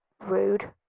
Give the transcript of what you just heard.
Rude